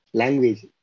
language